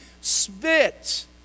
spit